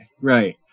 Right